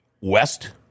west